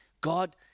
God